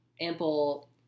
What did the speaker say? ample